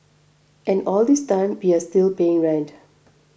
and all this time we are still paying rent